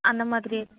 அந்த மாதிரி